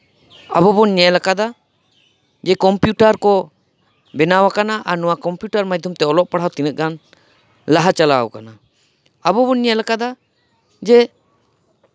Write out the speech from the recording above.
ᱟᱵᱚ ᱵᱚᱱ ᱧᱮᱞ ᱟᱠᱟᱫᱟ ᱡᱮ ᱠᱚᱢᱯᱤᱭᱩᱴᱟᱨ ᱠᱚ ᱵᱮᱱᱟᱣ ᱟᱠᱟᱱᱟ ᱟᱨ ᱱᱚᱶᱟ ᱠᱚᱢᱯᱤᱭᱩᱴᱟᱨ ᱢᱟᱫᱽᱫᱷᱚᱢ ᱛᱮ ᱚᱞᱚᱜ ᱯᱟᱲᱦᱟᱣ ᱛᱤᱱᱟᱹᱜ ᱜᱟᱱ ᱞᱟᱦᱟ ᱪᱟᱞᱟᱣ ᱟᱠᱟᱱᱟ ᱟᱵᱚ ᱵᱚᱱ ᱧᱮᱞ ᱟᱠᱟᱫᱟ ᱡᱮ